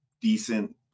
decent